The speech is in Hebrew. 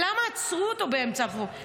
למה עצרו אותו באמצע הרחוב?